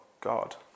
god